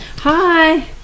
Hi